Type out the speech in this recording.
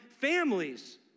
families